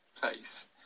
place